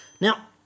Now